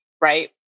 right